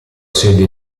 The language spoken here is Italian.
sede